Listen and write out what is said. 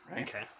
Okay